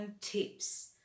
tips